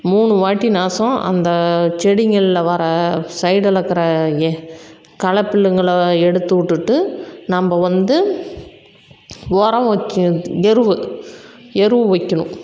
மூணு வாட்டினாசம் அந்த செடிங்களில் வரற சைடில் இருக்கிற எ களப்பில்லுங்களை எடுத்து விட்டுட்டு நம்ம வந்து உரம் வைக்க எருவு எருவு வைக்கணும்